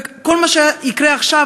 וכל מה שיקרה עכשיו,